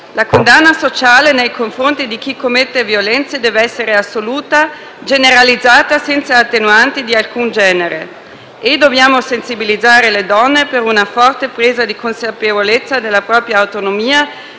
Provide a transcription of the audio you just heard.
La condanna sociale nei confronti di chi commette violenza deve essere assoluta e generalizzata, senza attenuanti di alcun genere e dobbiamo sensibilizzare le donne per una forte presa di consapevolezza della propria autonomia